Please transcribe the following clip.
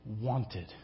wanted